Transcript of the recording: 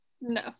No